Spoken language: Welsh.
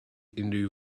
unrhyw